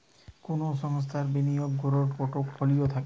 কুনো সংস্থার বিনিয়োগ কোরার পোর্টফোলিও থাকে